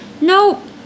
Nope